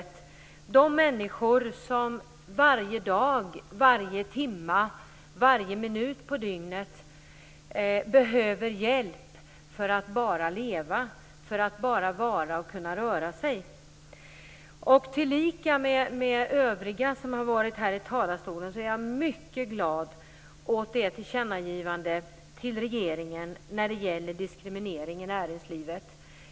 Det handlar om de människor som varje dag, varje timme, varje minut på dygnet behöver hjälp för att bara leva, bara vara och bara kunna röra sig. Liksom övriga som har varit uppe här i talarstolen, är jag mycket glad för tillkännagivandet till regeringen när det gäller diskriminering i näringslivet.